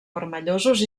vermellosos